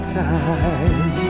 time